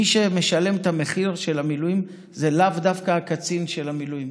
מי שמשלם את המחיר של המילואים זה לאו דווקא הקצין של המילואים.